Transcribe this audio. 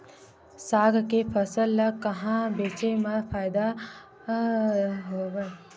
साग के फसल ल कहां बेचे म जादा फ़ायदा हवय?